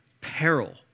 peril